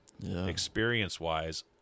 Experience-wise